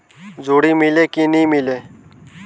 जोणी मीले कि नी मिले?